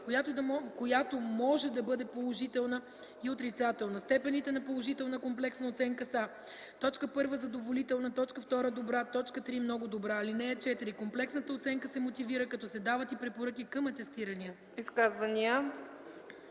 която може да бъде положителна и отрицателна. Степените на положителната комплексна оценка са: 1. задоволителна; 2. добра; 3. много добра. (4) Комплексната оценка се мотивира, като се дават и препоръки към атестирания.”